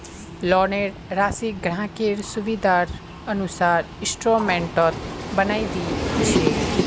लोनेर राशिक ग्राहकेर सुविधार अनुसार इंस्टॉल्मेंटत बनई दी छेक